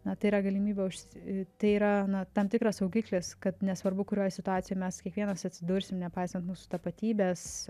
na tai yra galimybė užsi tai yra na tam tikras saugiklis kad nesvarbu kurioje situacijoje mes kiekvienas atsidursim nepaisant mūsų tapatybės